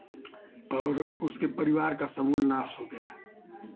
और उसके परिवार का समूल नाश हो गया